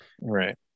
Right